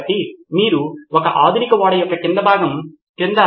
కాబట్టి నేను అనుకుంటున్నాను నితిన్ కురియన్ అది ఒక సమస్య అవుతుంది